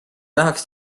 tahaks